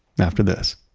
after this